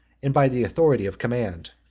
and by the authority of command.